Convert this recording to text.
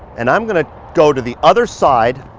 and i'm gonna go to the other side.